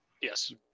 Yes